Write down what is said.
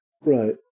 Right